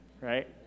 right